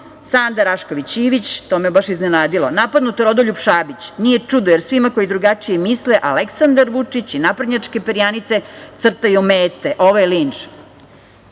Sanda Rašković Ivić, to me je onako iznenadilo, napadnut je Rodoljub Šabić, nije čudo, jer svima koji drugačije misle Aleksandar Vučić i naprednjačke perjanice crtaju mete, ovo je linč. Dragi